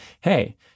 hey